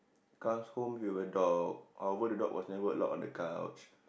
Carl's home viewer dog our dog was never allowed on the couch